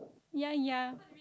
ya ya